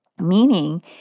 Meaning